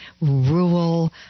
rural